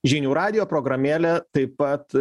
žinių radijo programėlė taip pat